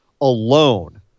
alone